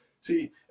See